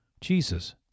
Jesus